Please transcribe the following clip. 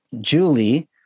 Julie